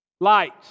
light